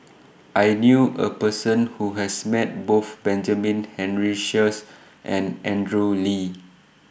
I knew A Person Who has Met Both Benjamin Henry Sheares and Andrew Lee